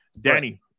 Danny